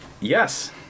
yes